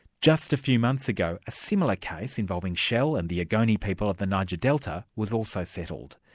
just a few months ago, a similar case involving shell and the ogoni people of the niger delta was also settled.